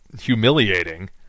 humiliating